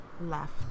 left